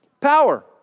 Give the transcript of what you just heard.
Power